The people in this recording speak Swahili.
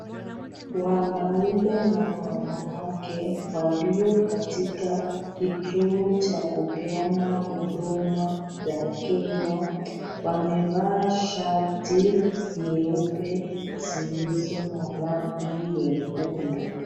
Wanaume na wanawake, walio katika kituo cha kupeana huduma za Kenya. Wamevaa shati nyeupe zilizo na rangi nyekundu.